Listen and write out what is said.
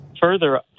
further